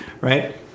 right